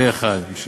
פה-אחד פה-אחד.